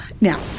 Now